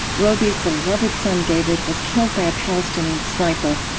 robi's beloved son david was killed by a palestinian sniper.